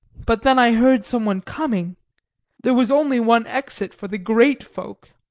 but then i heard someone coming there was only one exit for the great folk,